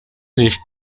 nicht